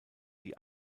die